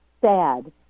sad